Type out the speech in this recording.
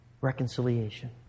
Reconciliation